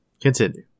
Continue